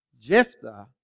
Jephthah